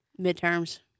midterms